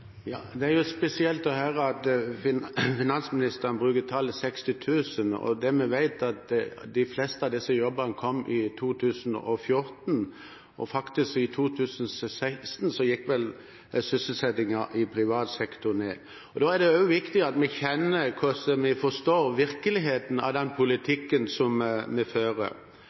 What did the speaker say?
Det er jo spesielt å høre at finansministeren bruker tallet 60 000. Det vi vet, er at de fleste av disse jobbene kom i 2014, og i 2016 gikk vel sysselsettingen i privat sektor ned, og da er det også viktig at vi forstår virkeligheten av den politikken som vi fører.